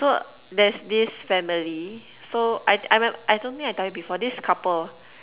so there's this family so I I I don't think I tell you before this couple